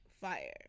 fire